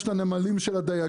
יש את הנמלים של הדייגים,